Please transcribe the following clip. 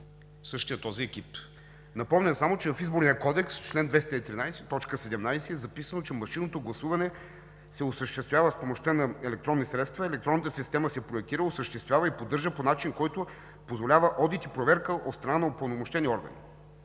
същия този екип. Напомням само, че в Изборния кодекс, в чл. 213, т. 17 е записано, че машинното гласуване се осъществява с помощта на електронни средства. Електронната система се проектира, осъществява и поддържа по начин, който позволява одит и проверка от страна на упълномощени органи,